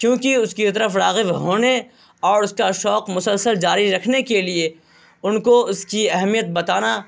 کیونکہ اس کی طرف راغب ہونے اور اس کا شوق مسلسل جاری رکھنے کے لیے ان کو اس کی اہمیت بتانا